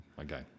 Okay